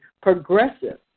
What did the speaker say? progressive